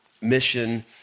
mission